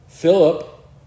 Philip